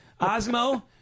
Osmo